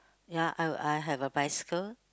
ya I I have a bicycle